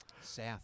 South